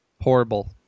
Horrible